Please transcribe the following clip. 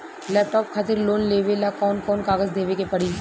Laptop खातिर loan लेवे ला कौन कौन कागज देवे के पड़ी?